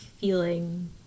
feeling